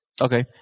Okay